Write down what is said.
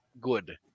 good